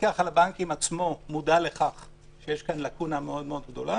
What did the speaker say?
המפקח על הבנקים עצמו מודע לכך שיש כאן לקונה מאוד גדולה